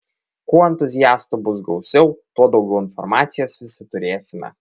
kuo entuziastų bus gausiau tuo daugiau informacijos visi turėsime